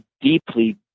deeply